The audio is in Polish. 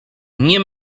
nie